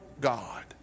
God